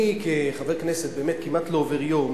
אני כחבר כנסת, באמת כמעט לא עובר יום